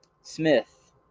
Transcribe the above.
Smith